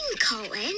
Colin